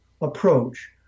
approach